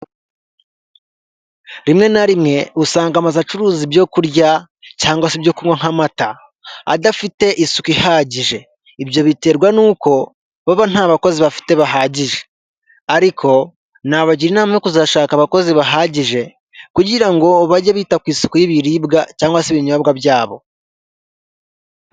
Rimwe na rimwe usanga amazu acuruza ibyo kurya cyangwa se ibyo kunywa nk'amata adafite isuka ihagije, ibyo biterwa nuko baba nta bakozi bafite bahagije ariko nabagira inama yo kuzashaka abakozi bahagije kugira ngo bajye bita ku isuku y'ibiribwa cyangwa se ibinyobwa byabo.